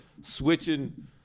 switching